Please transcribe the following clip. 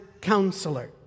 counselor